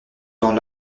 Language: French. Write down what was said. dans